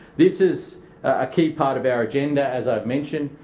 this is a key part of our agenda as i have mentioned,